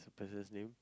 it's a person's name